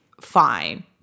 fine